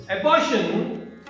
abortion